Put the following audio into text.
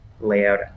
layout